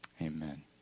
Amen